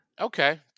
Okay